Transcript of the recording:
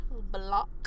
Block